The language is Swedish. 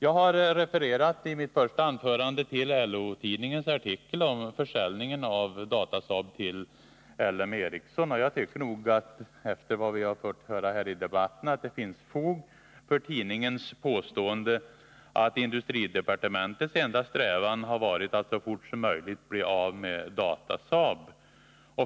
I mitt första anförande har jag refererat till LO-tidningens artikel om försäljningen av Datasaab till L M Ericsson, och jag tycker nog efter vad vi har fått höra här i debatten att det finns fog för tidningens påstående att industridepartementets enda strävan har varit att så fort som möjligt bli av med Datasaab.